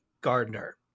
Gardner